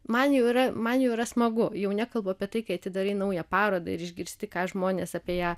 man jau yra man jau yra smagu jau nekalbu apie tai kai atidarai naują parodą ir išgirsti ką žmonės apie ją